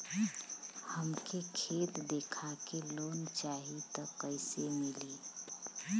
हमके खेत देखा के लोन चाहीत कईसे मिली?